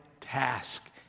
task